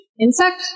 insect